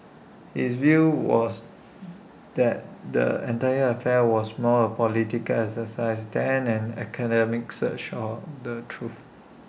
his view was that the entire affair was more A political exercise than an academic search for the truth